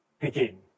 begin